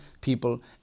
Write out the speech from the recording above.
people